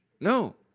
No